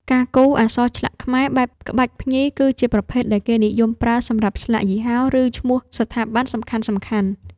ការគូរ អក្សរឆ្លាក់ខ្មែរ បែបក្បាច់ភ្ញី គឺជាប្រភេទដែលគេនិយមប្រើសម្រាប់ស្លាកយីហោ ឬឈ្មោះស្ថាប័នសំខាន់ៗ។